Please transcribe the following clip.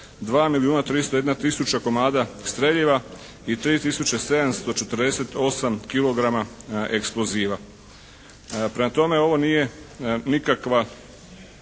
2 milijuna 301 tisuća komada streljiva i 3 tisuće 748 kilograma eksploziva. Prema tome, ovo nije nikakva